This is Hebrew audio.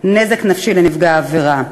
נזק נפשי לנפגע העבירה.